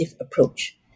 approach